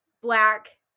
black